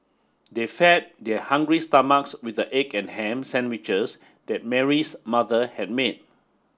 they fed their hungry stomachs with the egg and ham sandwiches that Mary's mother had made